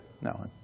No